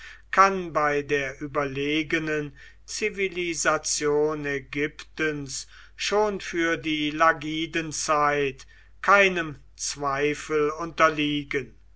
kann bei der überlegenen zivilisation ägyptens schon für die lagidenzeit keinem zweifel unterliegen